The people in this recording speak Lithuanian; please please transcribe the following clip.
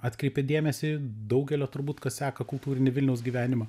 atkreipė dėmesį daugelio turbūt kas seka kultūrinį vilniaus gyvenimą